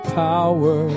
power